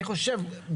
כן.